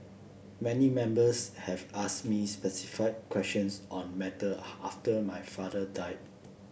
many members have asked me specific questions on matter after my father died